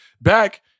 back